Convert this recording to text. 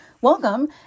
Welcome